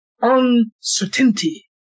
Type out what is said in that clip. uncertainty